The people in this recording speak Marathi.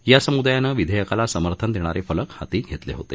या समुदायानं विधेयकाला समर्थन देणारे फलक हाती घेतले होते